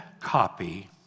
copy